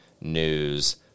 news